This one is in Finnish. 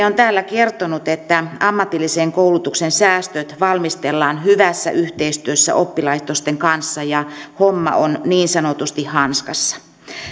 on täällä kertonut että ammatillisen koulutuksen säästöt valmistellaan hyvässä yhteistyössä oppilaitosten kanssa ja homma on niin sanotusti hanskassa